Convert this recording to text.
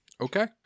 Okay